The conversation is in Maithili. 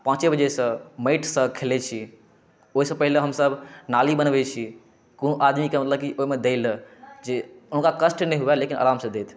पाँचे बजेसँ माटिसँ खेलै छी ओइसँ पहिले हमसब नाली बनबै छी कोनो आदमीके मतलब की ओइमे दै लए जे हुनका कष्ट नहि हुए लेकिन आरामसँ दैथ